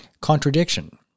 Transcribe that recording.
Contradiction